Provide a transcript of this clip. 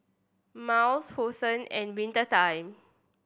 Miles Hosen and Winter Time